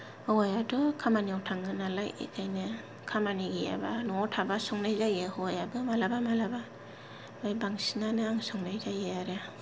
हौवायाथ' खामानियाव थाङो नालाय बेखायनो खामानि गैयाबा न'आव थाबा संनाय जायो हौवायाबो मालाबा मालाबा ओमफ्राय बांसिनानो आं संनाय जायो आरो